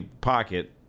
pocket